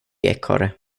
ekorre